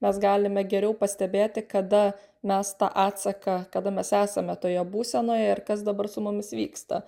mes galime geriau pastebėti kada mes tą atsaką kada mes esame toje būsenoje ir kas dabar su mumis vyksta